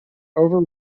over